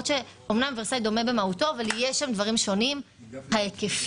אמנם ורסאי דומה במהותו אבל יש שם דברים שונים: למשל בהיקפים.